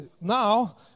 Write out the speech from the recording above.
now